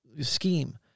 scheme